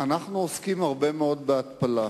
אנחנו עוסקים הרבה מאוד בהתפלה.